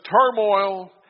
turmoil